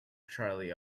charlie